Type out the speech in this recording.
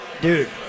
Dude